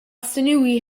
sinewy